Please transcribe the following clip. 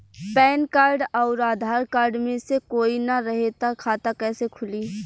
Pan card आउर Aadhaar card मे से कोई ना रहे त खाता कैसे खुली?